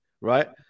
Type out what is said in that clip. right